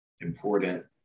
important